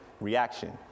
reaction